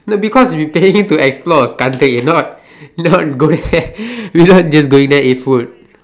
no because you get him to explore a country not not go there we not just going there eat food